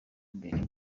imbere